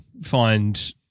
find